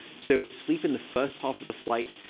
so sleep in the first half of the flight,